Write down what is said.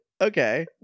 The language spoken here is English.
Okay